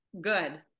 good